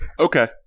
Okay